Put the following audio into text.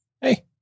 hey